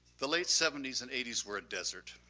the late seventy s and eighty s were desert.